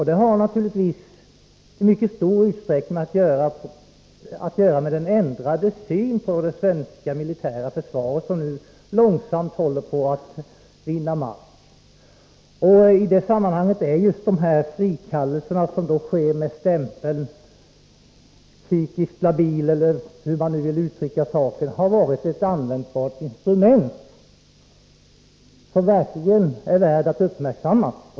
Det har naturligtvis i mycket stor utsträckning att göra med den ändrade syn på det svenska militära försvaret som nu långsamt håller på att vinna mark. I det sammanhanget har de frikallelser som sker med stämpeln ”psykiskt labil”, eller hur man nu vill uttrycka saken, varit ett användbart instrument som verkligen är värt att uppmärksammas.